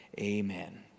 amen